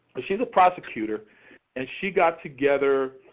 she's a prosecutor and she got together